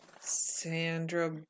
Sandra